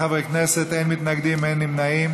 בעד, 58 חברי כנסת, אין מתנגדים, אין נמנעים.